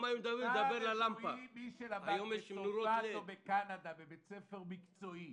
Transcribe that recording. מי שלמד בקנדה בבית ספר מקצועי